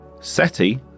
SETI